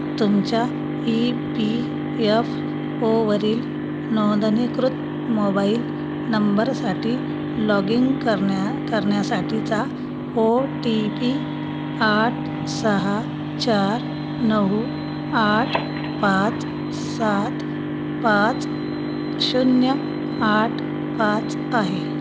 तुमच्या E P F ओवरील नोंदणीकृत मोबाईल नंबरसाठी लॉगिंग करण्या करण्यासाठीचा ओ टी पी आठ सहा चार नऊ आठ पाच सात पाच शून्य आठ पाच आहे